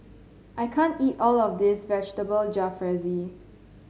I can't eat all of this Vegetable Jalfrezi